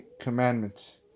commandments